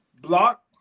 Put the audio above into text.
block